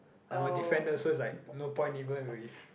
I'm a defender so it's like no point even with